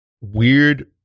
weird